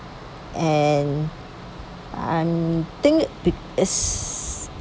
and I'm think it is